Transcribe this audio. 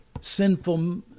sinful